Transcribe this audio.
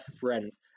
friends